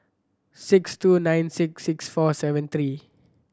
six two nine six six four seven three